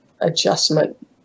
adjustment